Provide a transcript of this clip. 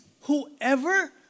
whoever